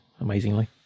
amazingly